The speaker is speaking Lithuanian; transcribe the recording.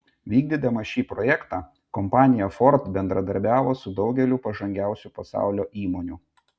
vykdydama šį projektą kompanija ford bendradarbiavo su daugeliu pažangiausių pasaulio įmonių